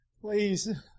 please